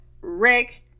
Rick